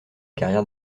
carrière